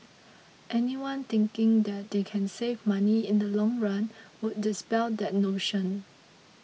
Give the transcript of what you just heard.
anyone thinking that they can save money in the long run would dispel that notion